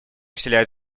вселяет